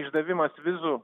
išdavimas vizų